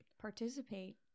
Participate